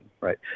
right